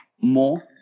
more